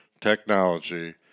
technology